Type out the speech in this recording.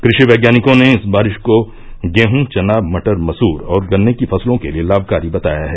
कृषि वैज्ञानिकों ने इस बारिश को गेहूँ चना मटर मसूर और गन्ने की फसलों के लिये लाभकारी बताया है